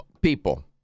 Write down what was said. people